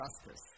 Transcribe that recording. justice